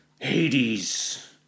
Hades